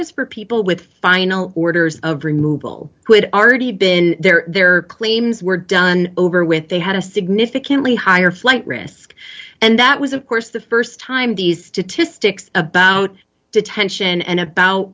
was for people with final orders of removal could r d been there their claims were done over with they had a significantly higher flight risk and that was of course the st time these statistics about detention and about